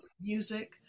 music